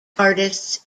artists